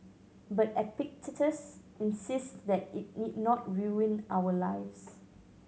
but Epictetus insists that it need not ruin our lives